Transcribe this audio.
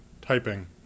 typing